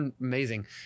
amazing